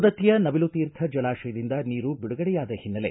ಸವದತ್ತಿಯ ನವಿಲುತೀರ್ಥ ಜಲಾಶಯದಿಂದ ನೀರು ಬಿಡುಗಡೆಯಾದ ಹಿನ್ನಲೆ